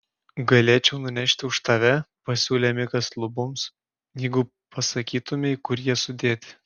galėčiau nunešti už tave pasiūlė mikas luboms jeigu pasakytumei kur jie sudėti